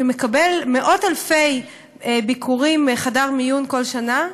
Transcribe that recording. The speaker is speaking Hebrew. שמקבל מאות-אלפי ביקורים בחדר המיון כל שנה,